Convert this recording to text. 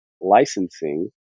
licensing